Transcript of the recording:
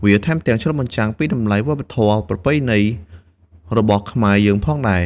វាថែមទាំងឆ្លុះបញ្ចាំងពីតម្លៃវប្បធម៌ប្រពៃណីរបស់ខ្មែរយើងផងដែរ។